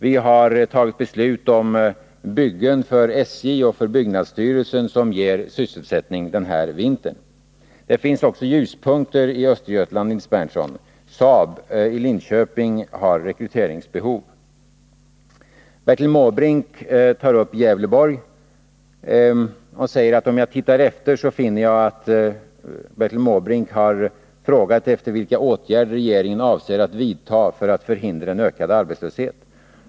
Vi har tagit beslut om byggen för SJ och byggnadsstyrelsen som ger sysselsättning den här vintern. Det finns också ljuspunkter i Östergötland, Nils Berndtson. Saab i Linköping har rekryteringsbehov. Bertil Måbrink tar upp Gävleborg och säger att om jag tittar efter, så skall jag finna att han har frågat vilka åtgärder regeringen avser att vidta för att förhindra en ökad arbetslöshet.